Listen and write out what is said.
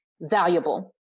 valuable